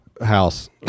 house